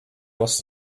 was